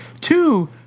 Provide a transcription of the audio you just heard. two